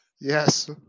Yes